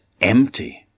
empty